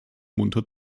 munter